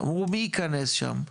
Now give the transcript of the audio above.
אמרו מי ייכנס שם?